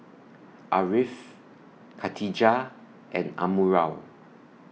Ariff Katijah and Amirul